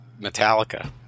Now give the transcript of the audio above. Metallica